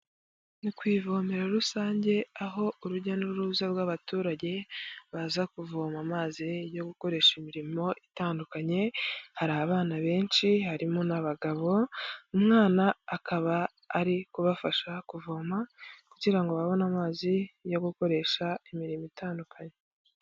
Ni ku ivome rusange aho urujya n'uruza rw'abaturage baza kuvoma amazi yo gukoresha imirimo itandukanye, hari abana benshi harimo n'abagabo umwana akaba ari kubafasha kuvoma kugira ngo babone amazi yo gukoresha imirimo itandukanye.